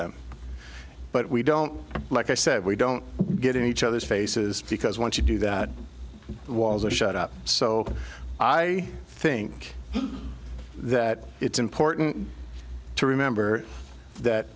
them but we don't like i said we don't get in each other's faces because once you do that walls are shut up so i think that it's important to remember that